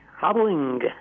Hobbling